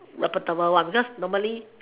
reputable one because normally